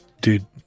dude